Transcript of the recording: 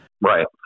Right